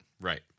right